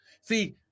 See